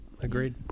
Agreed